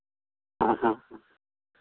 हाँ हाँ हाँ